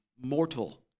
mortal